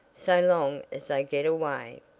so long as they get away.